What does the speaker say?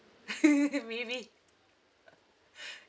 maybe